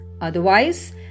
Otherwise